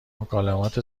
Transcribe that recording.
مکالمات